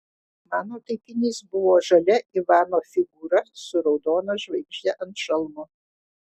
mano taikinys buvo žalia ivano figūra su raudona žvaigžde ant šalmo